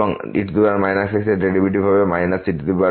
এবং e x এর derivative হবে e x